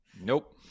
Nope